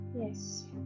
Yes